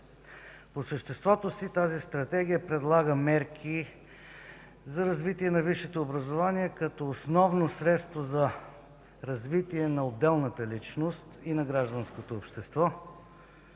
По съществото си тази Стратегия предлага мерки за развитие на висшето образование, като основно средство за развитие на отделната личност и на гражданското общество,